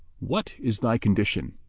what is thy condition?